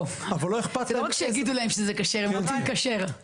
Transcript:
זה לא רק שיגידו להם שזה כשר, הם רוצים כשר.